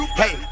hey